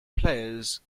players